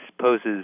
poses